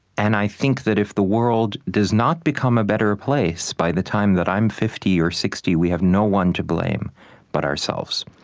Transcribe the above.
and i think that if the world does not become a better place by the time that i'm fifty or sixty, we have no one to blame but ourselves.